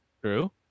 True